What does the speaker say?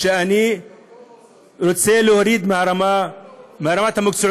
שאני רוצה להוריד את רמת המקצועיות